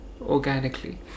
organically